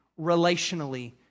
relationally